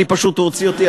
הוא הוציא אותי,